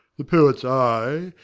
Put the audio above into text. the poet's eye,